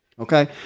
Okay